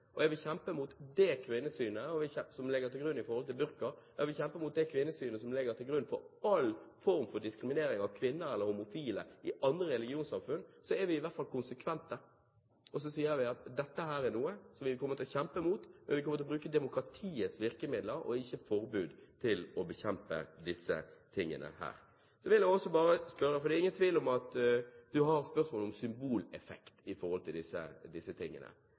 kvinnesynet som ligger til grunn for all form for diskriminering av kvinner og homofile i alle religionssamfunn. Så vi er i hvert fall konsekvente. Og vi sier at dette er noe som vi kommer til å kjempe imot, men vi kommer til å bruke demokratiets virkemidler og ikke forbud for å bekjempe disse tingene. Så har jeg et spørsmål, for det er ingen tvil om at det er et spørsmål om symboleffekt når det gjelder disse tingene. Det er helt klart at i denne debatten mener Fremskrittspartiet at her er det viktig å statuere et eksempel, her er det viktig i forhold til